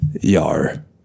Yar